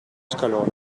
scalone